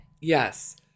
Yes